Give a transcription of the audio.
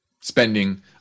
spending